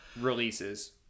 releases